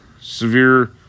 Severe